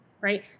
right